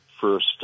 first